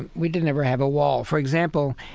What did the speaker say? and we did never have a wall. for example,